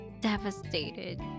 devastated